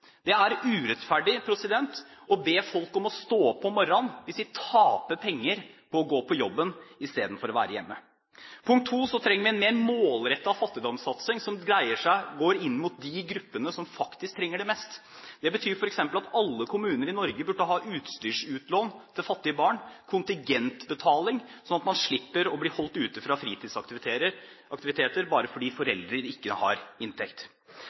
Det er urettferdig å be folk om å stå opp om morgenen hvis de taper penger på å gå på jobben i stedet for å være hjemme. Punkt to: Vi trenger en mer målrettet fattigdomssatsing, som retter seg mot dem som faktisk trenger det mest. Det betyr f.eks. at alle kommuner i Norge burde ha utstyrsutlån til fattige barn og kontingentbetaling, slik at man slipper å bli stengt ute fra fritidsaktiviteter bare fordi foreldrene ikke har inntekt.